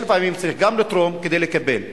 לפעמים צריך גם לתרום כדי לקבל.